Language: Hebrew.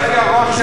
יש לי הרושם,